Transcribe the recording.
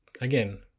again